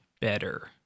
better